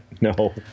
No